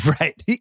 Right